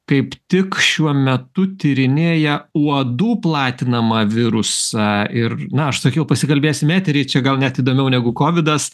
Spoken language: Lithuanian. kaip tik šiuo metu tyrinėja uodų platinamą virusą ir na aš sakiau pasikalbėsim etery čia gal net įdomiau negu kovidas